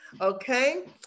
Okay